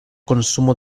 consumo